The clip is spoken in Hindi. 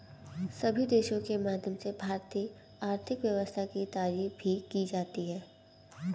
सभी देशों के माध्यम से भारतीय आर्थिक व्यवस्था की तारीफ भी की जाती है